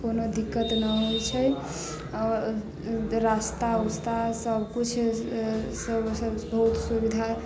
कोनो दिक्कत न होइत छै आओर रास्ता उस्तासभ किछु सभ सभ बहुत सुविधा